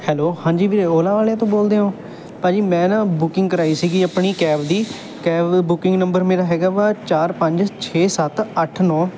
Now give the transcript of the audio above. hello ਹਾਂਜੀ ਵੀਰੇ ਓਲਾ ਵਾਲਿਆਂ ਤੋਂ ਬੋਲਦੇ ਹੋ ਭਾਅ ਜੀ ਮੈਂ ਨਾ ਬੁਕਿੰਗ ਕਰਵਾਈ ਸੀਗੀ ਆਪਣੀ ਕੈਬ ਦੀ ਕੈਬ ਬੁਕਿੰਗ ਨੰਬਰ ਮੇਰਾ ਹੈਗਾ ਵਾ ਚਾਰ ਪੰਜ ਛੇ ਸੱਤ ਅੱਠ ਨੌਂ